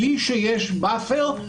בלי שיש באפר,